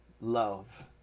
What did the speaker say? love